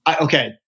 Okay